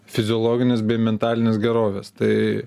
fiziologinės bei mentalinės gerovės tai